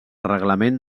reglament